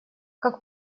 как